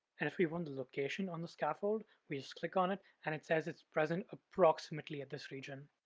and if we want the location on the scaffold, we just click on it and it says it's present approximately at this region.